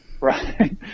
Right